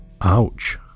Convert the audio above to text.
Ouch